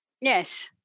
Yes